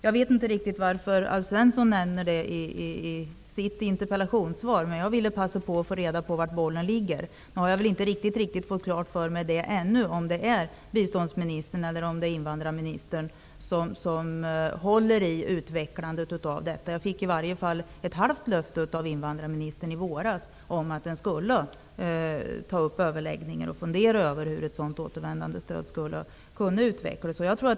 Jag vet inte riktigt varför Alf Svensson nämner detta i sitt interpellationssvar, men jag ville passa på att få reda på frågan var bollen ligger. Jag har väl inte riktigt fått klart för mig ännu om det är biståndsministern eller invandrarministern som håller i utvecklandet av detta. Jag fick i varje fall ett halvt löfte av invandrarministern om att hon skulle ta upp överläggningar och fundera över hur ett sådant återvändandestöd skulle kunna utvecklas.